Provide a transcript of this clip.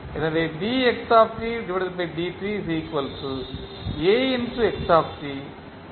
எனவே